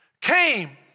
came